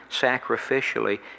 sacrificially